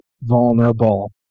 vulnerable